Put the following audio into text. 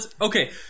okay